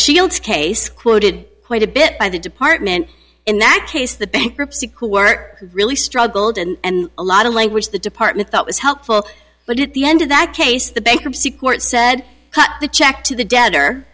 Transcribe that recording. shields case quoted quite a bit by the department in that case the bankruptcy who were really struggled and a lot of language the department thought was helpful but at the end of that case the bankruptcy court said cut the check to the debtor